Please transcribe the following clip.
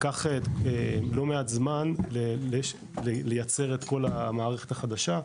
לקח לא מעט זמן לייצר את כל המערכת החדשה,